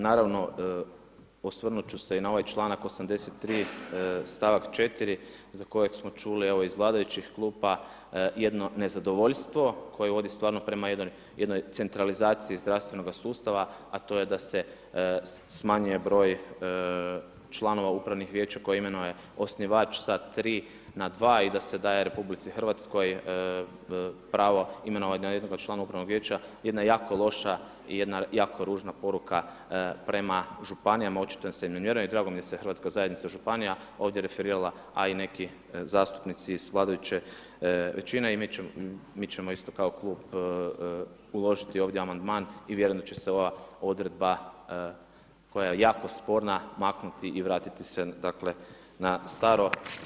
Naravno osvrnut ću se i na ovaj članak 83. stavak 4. za kojeg smo čuli evo iz vladajućih klupa jedno nezadovoljstvo koje vodi stvarno prema jednoj centralizaciji zdravstvenoga sustava a to je da se smanjuje broj članova upravnih vijeća koje imenuje osnivač sa 3 na 2 i da se RH pravo imenovanja jednog od članova upravnog vijeća, jedna jako loša, jedna jako ružna poruka prema županijama, očito im se ne vjeruje i drago mi je da se Hrvatska zajednica županija ovdje referirala a i neki zastupnici iz vladajuće većine i mi ćemo isto kao klub uložiti ovdje amandman i vjerujem da će se ova odredba koja je jako sporna maknuti i vratiti se na staro.